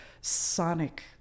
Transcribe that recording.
sonic